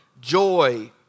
joy